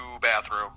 bathroom